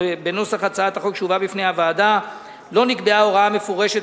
בנוסח הצעת החוק שהובא בפני הוועדה לא נקבעה הוראה מפורשת